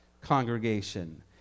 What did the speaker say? congregation